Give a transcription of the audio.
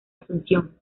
asunción